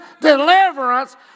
deliverance